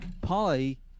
Polly